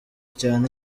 cyane